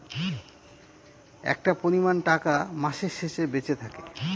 একটা পরিমান টাকা মাসের শেষে বেঁচে থাকে